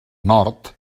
nord